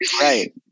Right